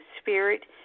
Spirit